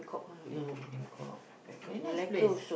ya Bangkok very nice place